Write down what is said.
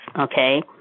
okay